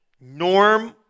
norm